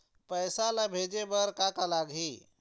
पैसा ला भेजे बार का का लगही?